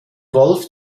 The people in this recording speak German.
wolf